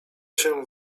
się